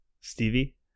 Stevie